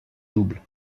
double